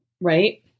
right